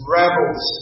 rebels